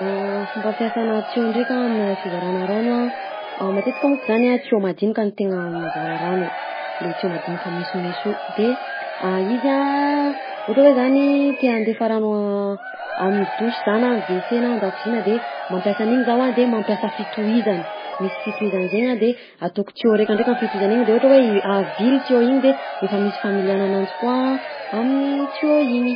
Fomba fiasanà tuyau ndraika aminà fizarana rano a: matetika monko zany a tuyau madinika no tegna mizara rano, le tuyau madinika mesomeso io, de izy a ohatra hoe zany te handefa rano am'douche za na am'WC na an-dakozigna de mampiasa an'igny zaho a de mampiasa fitohizany, misy fitohizany zaigny a de ataoko tuyau raika ndraika ny fitohizan'igny, de ohatra hoe i- avily tuyau igny de efa misy familiàna ananjy koa amin'ny tuyau igny.